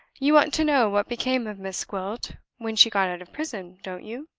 you want to know what became of miss gwilt when she got out of prison, don't you?